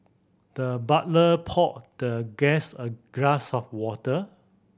the butler poured the guest a glass of water